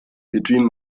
between